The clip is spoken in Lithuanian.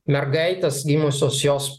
mergaitės gimusios jos